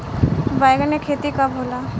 बैंगन के खेती कब होला?